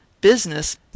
Business